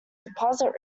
deposit